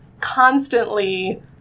constantly